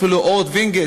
אפילו אורד וינגייט,